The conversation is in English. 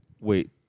Wait